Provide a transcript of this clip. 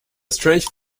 strange